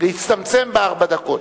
להצטמצם בארבע דקות.